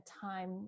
time